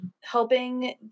helping